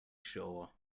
sure